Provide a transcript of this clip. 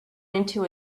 into